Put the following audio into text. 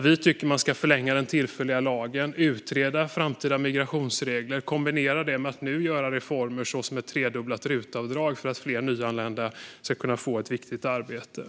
Vi tycker att man ska förlänga den tillfälliga lagen och utreda framtida migrationsregler kombinerat med att nu genomföra reformer såsom tredubblat RUT-avdrag - detta för att fler nyanlända ska kunna få ett riktigt arbete.